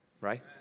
right